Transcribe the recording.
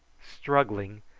struggling,